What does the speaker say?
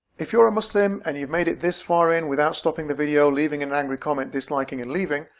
if you're a muslim and you've made it this far in without stopping the video leaving an angry comment, disliking and leaving,